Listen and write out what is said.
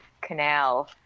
canal